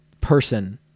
person